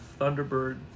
thunderbird